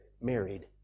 married